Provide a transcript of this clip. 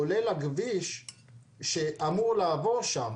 כולל הכביש שאמור לעבור שם.